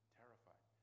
terrified